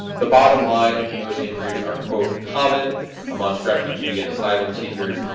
the bottom line, those injuries are, quote, common amongst refugee and asylum seekers,